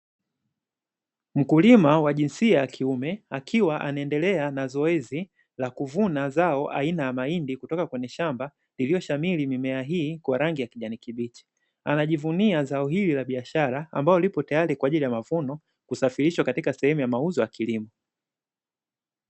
Mkulima wa jinsia ya kiume akiwa anaendelea na zoezi la kuvuna zao aina ya mahindi kutoka kwenye shamba lililoshamiri mimea hii kwa rangi ya kijani kibichi. Anajivunia zao hili la biashara ambalo lipo tayari kwa ajili ya mavuno kusafirishwa katika sehemu ya mauzo ya kilimo.